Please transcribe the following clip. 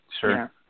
Sure